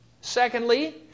Secondly